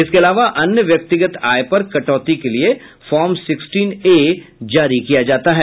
इसके अलावा अन्य व्यक्तिगत आय पर कटौती के लिये फॉर्म सिक्सटीन ए जारी किया जाता है